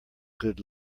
good